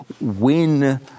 win